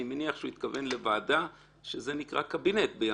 אני מניח שהוא התכוון לוועדה שזה נקרא קבינט בימינו.